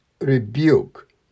rebuke